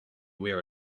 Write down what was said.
wear